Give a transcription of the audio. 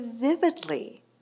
vividly